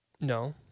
No